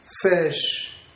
fish